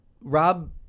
Rob